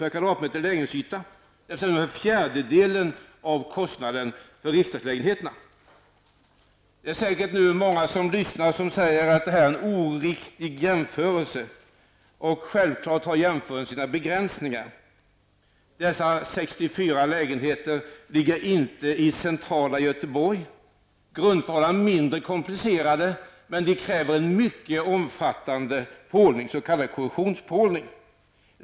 per kvadratmeter lägenhetsyta, dvs. ungefär en fjärdedel av kostnaden för riksdagslägenheterna. Det finns säkert många som lyssnar som säger att det här är en oriktig jämförelse. Självklart har jämförelsen sina begränsningar. Dessa 64 lägenheter ligger inte i centrala Göteborg. Grundförhållandena är mindre komplicerade, men det krävs ändå en mycket omfattande s.k. korrosionspålning.